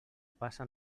passa